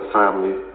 family